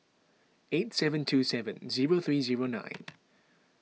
eight seven two seven zero three zero nine